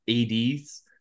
ad's